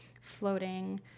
floating